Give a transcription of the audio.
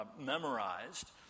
memorized